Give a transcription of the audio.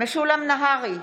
משולם נהרי,